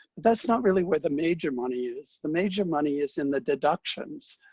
that's not really where the major money is. the major money is in the deductions,